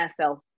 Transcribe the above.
NFL